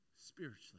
spiritually